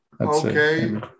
Okay